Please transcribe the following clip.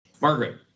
Margaret